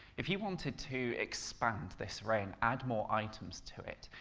if you wanted to expand this array and add more items to it,